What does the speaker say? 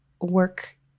work